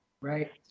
Right